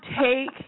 take